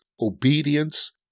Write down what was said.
obedience